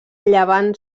llevant